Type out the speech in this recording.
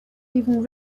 even